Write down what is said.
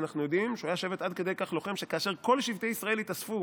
אנחנו יודעים שהוא שבט עד כדי כך לוחם שכאשר כל שבטי ישראל התאספו